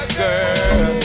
girl